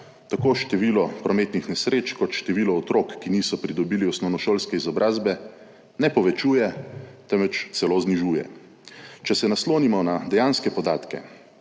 tako število prometnih nesreč kot število otrok, ki niso pridobili osnovnošolske izobrazbe, ne povečuje, temveč celo znižuje. Če se naslonimo na dejanske podatke,